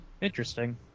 Interesting